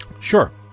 Sure